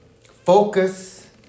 Focus